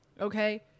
Okay